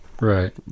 Right